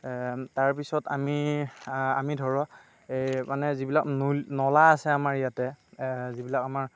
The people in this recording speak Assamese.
তাৰপিছত আমি আমি ধৰক এই মানে যিবিলাক নৈ নলা আছে আমাৰ ইয়াতে যিবিলাক আমাৰ